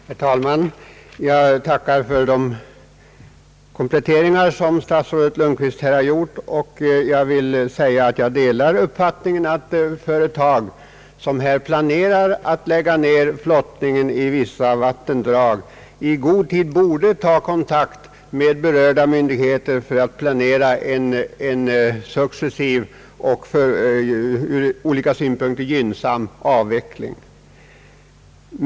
Herr talman! Jag tackar för de kompletteringar som statsrådet Lundkvist gjort, och jag vill säga att jag delar uppfattningen att företag som avser att lägga ner flottningen i vissa vattendrag i god tid borde ta kontakt med berörda myndigheter för att planera en Successiv och ur olika synpunkter gynnsam avveckling.